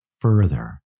further